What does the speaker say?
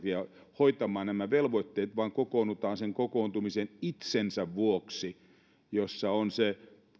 hoitamaan nämä velvoitteet vaan kokoonnutaan sen kokoontumisen itsensä vuoksi ja se